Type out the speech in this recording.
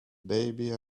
baby